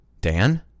dan